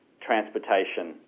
transportation